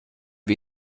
wir